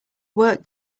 work